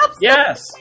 Yes